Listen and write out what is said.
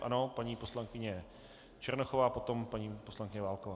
Ano, paní poslankyně Černochová, potom paní poslankyně Válková.